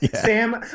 sam